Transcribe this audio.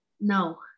No